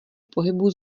pohybu